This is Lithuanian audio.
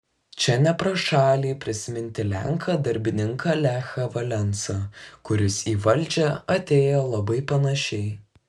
čia ne pro šalį prisiminti lenką darbininką lechą valensą kuris į valdžią atėjo labai panašiai